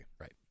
right